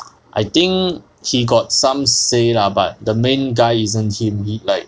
I think he got some say lah but the main guy isn't him like